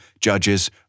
Judges